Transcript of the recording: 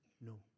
no